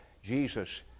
Jesus